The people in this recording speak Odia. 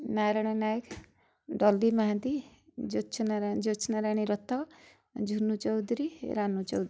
ନାରଣ ନାୟକ ଡଲି ମହାନ୍ତି ଜ୍ୟୋତ୍ସ୍ନା ଜ୍ୟୋତ୍ସ୍ନାରାଣୀ ରଥ ଝୁନୁ ଚୌଧୁରୀ ରାନୁ ଚୌଧୁରୀ